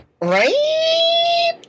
Right